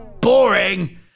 Boring